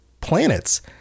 planets